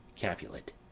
Capulet